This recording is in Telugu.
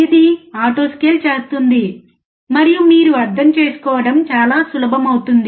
ఇది ఆటో స్కేల్ చేస్తుంది మరియు మీరు అర్థం చేసుకోవడం చాలా సులభం అవుతుంది